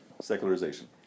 Secularization